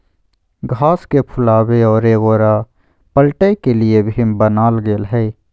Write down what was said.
घास के फुलावे और एगोरा पलटय के लिए भी बनाल गेल हइ